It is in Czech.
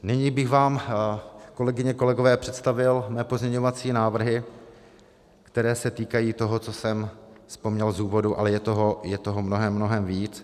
Nyní bych vám, kolegyně a kolegové, představil své pozměňovací návrhy, které se týkají toho, co jsem vzpomněl v úvodu, ale je toho mnohem, mnohem víc.